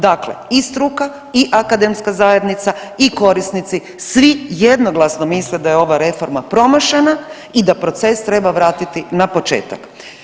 Dakle i struka i akademska zajednica i korisnici svi jednoglasno misle da je ova reforma promašena i da proces treba vratiti na početak.